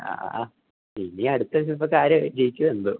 ആ ആ ആ ഇനി അട്ത്ത ആഴ്ച്ചത്തെ കാര്യവാ ജയിക്കുവോ എന്തോ